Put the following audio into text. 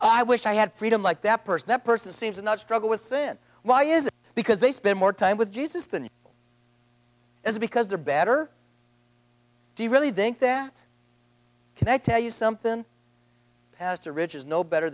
i wish i had freedom like that person that person seems not struggle with sin why is because they spend more time with jesus than it is because they're better do you really think that connect tell you something has to riches no better